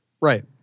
Right